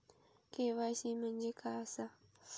KYC म्हणजे काय आसा?